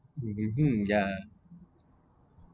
mmhmm yeah